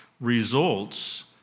results